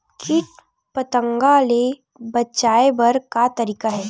कीट पंतगा ले बचाय बर का तरीका हे?